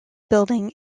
building